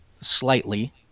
slightly